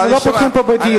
אנחנו לא פותחים פה בדיון.